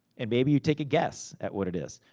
and maybe you take a guess at what it is.